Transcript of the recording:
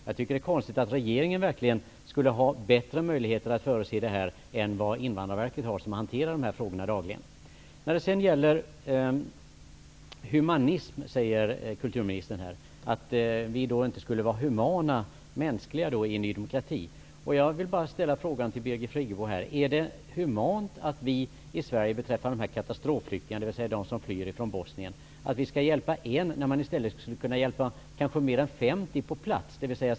Jag tycker att det är konstigt att regeringen skulle ha bättre möjligheter att förutse detta än vad Invandrarverket har som hanterar dessa frågor dagligen. Kulturministern tar vidare upp frågan om humanism. Vi i Ny demokrati skulle inte vara humana och mänskliga. Är det humant att vi i Sverige i fråga om dessa katastrofflyktingar, dvs. de som flyr från Bosnien, skall hjälpa en när vi i stället kan hjälpa mer än 50 på plats?